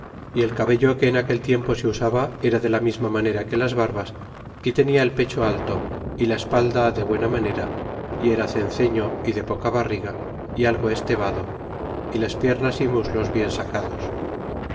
y el cabello que en aquel tiempo se usaba era de la misma manera que las barbas y tenia el pecho alto y la espalda de buena manera y era cen ceño y de poca barriga y algo estevado y las piernas y muslos bien sacados